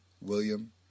William